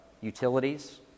utilities